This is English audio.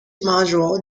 module